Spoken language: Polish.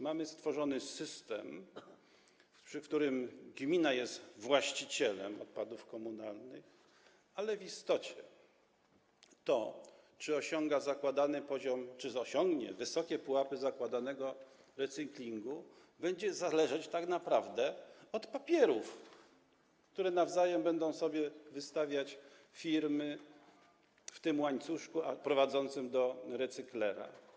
Mamy stworzony system, w którym gmina jest właścicielem odpadów komunalnych, ale w istocie to, czy osiąga zakładany poziom, czy osiągnie wysokie pułapy zakładanego recyklingu, będzie zależeć tak naprawdę od papierów, które nawzajem będą sobie wystawiać firmy w tym łańcuszku prowadzącym do recyklera.